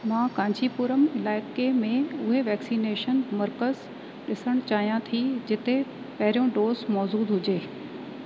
मां कांचीपुरम इलाइक़े में उहे वैक्सीनेशन मर्कज़ु ॾिसणु चाहियां थी जिते पहिरियों डोज मौजूदु हुजे